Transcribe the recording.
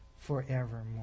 Forevermore